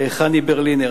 חני ברלינר.